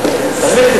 קטנה.